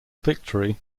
victory